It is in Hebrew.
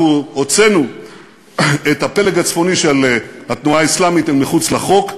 אנחנו הוצאנו את הפלג הצפוני של התנועה האסלאמית אל מחוץ לחוק.